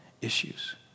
issues